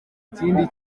kindi